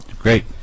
Great